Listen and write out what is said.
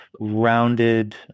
rounded